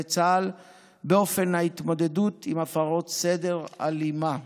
מחיילי צה"ל באופן ההתמודדות עם הפרות סדר אלימות.